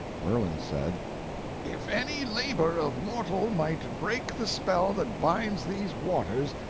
merlin said if any labor of mortal might break the spell that binds these waters,